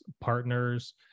partners